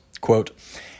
Quote